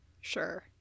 Sure